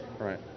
Right